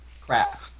crap